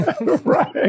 right